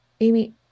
Amy